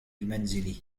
المنزل